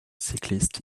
cyclist